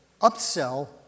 upsell